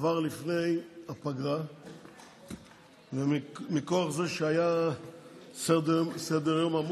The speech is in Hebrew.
חבריי חברי הכנסת, אנחנו ממשיכים בסדר-היום: